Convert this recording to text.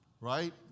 right